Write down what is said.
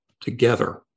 together